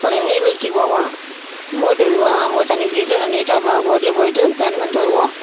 கொஞ்சம் நீர் வீழ்ச்சிக்கி போவோம் போட்டு இருக்கும் மொத தண்ணி ஊத்திட்டு வந்து நீட்டாக இப்போ போட்டில் போய்விட்டு வந்துட்டு வருவோம்